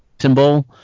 symbol